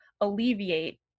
alleviate